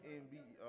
nba